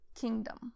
kingdom